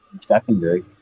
secondary